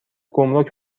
گمرک